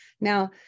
Now